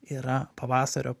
yra pavasario